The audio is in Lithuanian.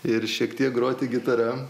ir šiek tiek groti gitara